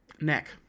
neck